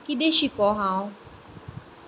कितें शिको हांव